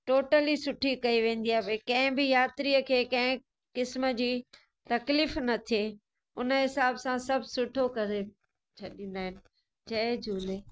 totally सुठी कई वेंदी आहे भई कंहिं बि यात्रीअ खे कंहिं क़िस्म जी तकलीफ़ न थिए उन हिसाब सां सभु सुठो करे छॾींदा आहिनि जय झूले